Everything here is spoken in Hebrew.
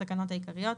התקנות העיקריות),